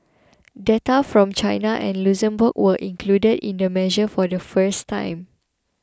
data from China and Luxembourg were included in the measure for the first time